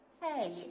hey